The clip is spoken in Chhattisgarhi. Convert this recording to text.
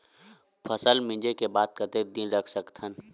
फसल मिंजे के बाद कतेक दिन रख सकथन?